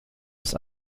des